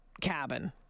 cabin